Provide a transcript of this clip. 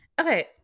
okay